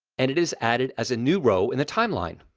and it is added as a new row in the timeline.